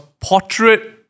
portrait